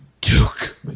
Duke